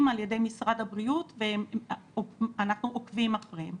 על ידי משרד הבריאות ואנחנו עוקבים אחריהם.